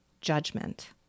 judgment